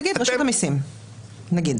תגיד רשות המיסים למשל.